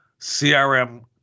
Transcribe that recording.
crm